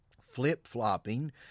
flip-flopping